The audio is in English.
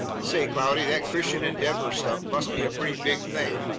say, cloudy, that christian endeavor stuff must be a pretty big thing.